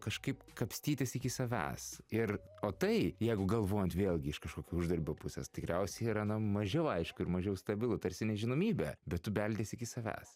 kažkaip kapstytis iki savęs ir o tai jeigu galvojant vėlgi iš kažkokio uždarbio pusės tikriausiai yra na mažiau aišku ir mažiau stabilu tarsi nežinomybė bet tu beldėsi iki savęs